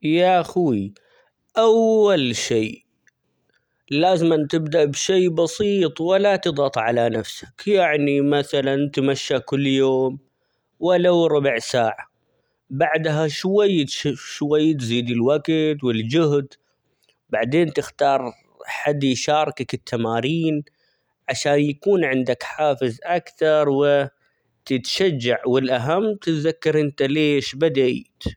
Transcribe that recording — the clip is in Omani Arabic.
يا خوي أول شي لازمًا تبدأ بشيء بسيط ولا تضغط على نفسك يعني مثلا تمشى كل يوم ولو ربع ساعة بعدها شوية -ش- شوية تزيد الوقت والجهد بعدين تختار حد يشاركك التمارين عشان يكون عندك حافز أكثر ،وتتشجع والأهم تتذكر انت ليش بديت.